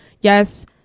yes